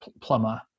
plumber